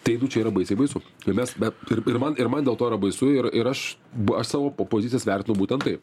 tai nu čia yra baisiai baisu tai mes be ir ir man ir man dėl to yra baisu ir ir aš bu aš savo po pozicijas vertinu būtent taip